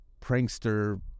prankster